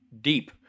deep